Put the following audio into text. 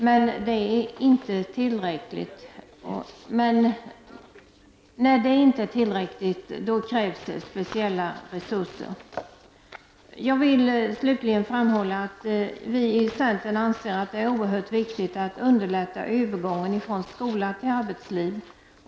Men när detta inte är tillräckligt, krävs speciella resurser. Jag vill slutligen framhålla att vi i centern anser att det är oerhört viktigt att underlätta övergången från skola till arbetsliv.